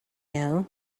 know